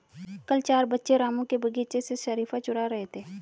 कल चार बच्चे रामू के बगीचे से शरीफा चूरा रहे थे